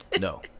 No